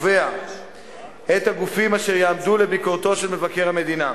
קובע את הגופים אשר יעמדו לביקורתו של מבקר המדינה.